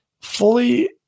fully